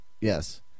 Yes